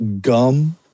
gum